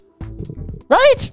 right